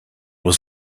was